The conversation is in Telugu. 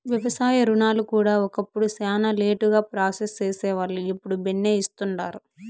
వ్యవసాయ రుణాలు కూడా ఒకప్పుడు శానా లేటుగా ప్రాసెస్ సేసేవాల్లు, ఇప్పుడు బిన్నే ఇస్తుండారు